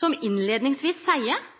der ein innleiingsvis seier